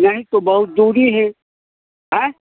नहीं तो बहुत दूर ही है हैए